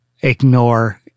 ignore